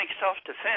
self-defense